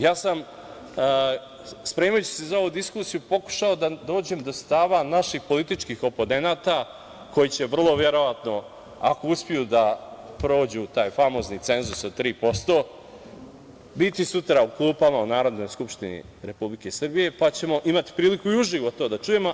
Ja sam, spremajući se za ovu diskusiju, pokušao da dođem do stava naših političkih oponenata koji će vrlo verovatno, ako uspeju da prođu taj famozni cenzus od tri posto, biti sutra u klupama u Narodnoj skupštini Republike Srbije, pa ćemo imati priliku i uživo to da čujemo.